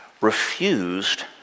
refused